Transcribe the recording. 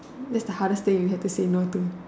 that's the hardest thing you have to say no to